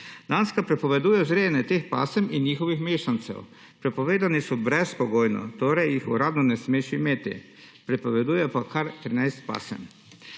Danska prepoveduje vzrejanje teh pasem in njihovih mešancev, prepovedani so brezpogojno, torej jih uradno ne smeš imeti. Prepoveduje pa kar trinajst